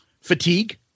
fatigue